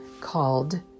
called